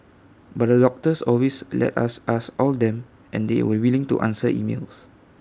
but the doctors always let us ask all them and they were willing to answer emails